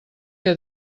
que